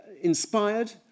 inspired